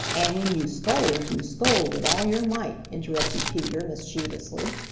and, when you scold you scold with all your might, interrupted peter mischievously.